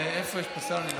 איפה יש פה שר?